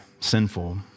sinful